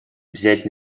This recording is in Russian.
взять